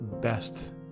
best